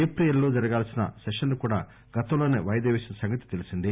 April లో జరగాల్సిన session ను కూడా గతంలోనే వాయిదా పేసిన సంగతి తెలిసిందే